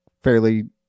fairly